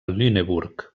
lüneburg